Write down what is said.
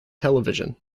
television